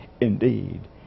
indeed